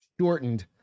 Shortened